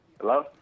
Hello